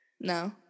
No